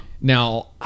Now